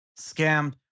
scammed